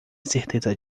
certeza